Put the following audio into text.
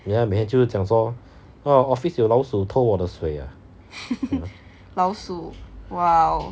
ya man 就是讲说 err office 有老鼠偷我的水 ah